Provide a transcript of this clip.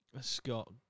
Scott